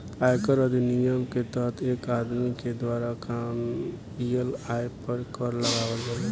आयकर अधिनियम के तहत एक आदमी के द्वारा कामयिल आय पर कर लगावल जाला